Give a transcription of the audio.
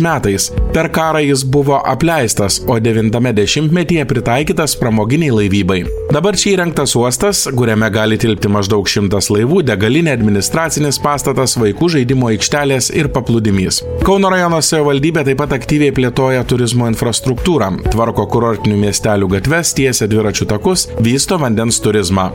metais per karą jis buvo apleistas o devintame dešimtmetyje pritaikytas pramoginei laivybai dabar čia įrengtas uostas kuriame gali tilpti maždaug šimtas laivų degalinė administracinis pastatas vaikų žaidimų aikštelės ir paplūdimys kauno rajono savivaldybė taip pat aktyviai plėtoja turizmo infrastruktūrą tvarko kurortinių miestelių gatves tiesia dviračių takus vysto vandens turizmą